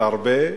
והרבה,